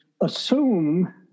assume